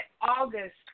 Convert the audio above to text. August